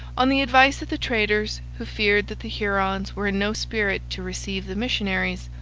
on the advice of the traders, who feared that the hurons were in no spirit to receive the missionaries,